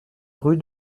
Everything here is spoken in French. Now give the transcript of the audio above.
rue